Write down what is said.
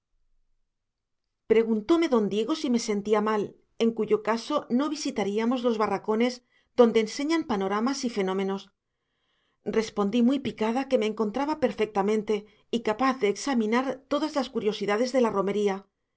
matan preguntome don diego si me sentía mal en cuyo caso no visitaríamos los barracones donde enseñan panoramas y fenómenos respondí muy picada que me encontraba perfectamente y capaz de examinar todas las curiosidades de la romería